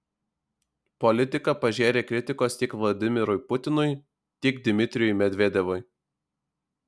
politika pažėrė kritikos tiek vladimirui putinui tiek dmitrijui medvedevui